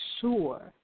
sure